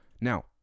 Now